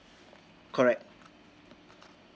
correct